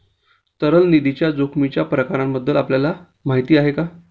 तरल निधीच्या जोखमीच्या प्रकारांबद्दल आपल्याला माहिती आहे का?